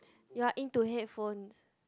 you are into headphones